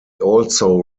also